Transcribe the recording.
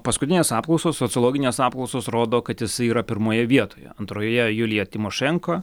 paskutinės apklausos sociologinės apklausos rodo kad jis yra pirmoje vietoje antroje julija tymošenko